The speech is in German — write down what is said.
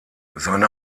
seine